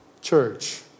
church